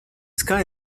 sky